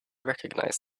recognize